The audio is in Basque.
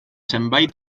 zenbait